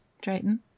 Drayton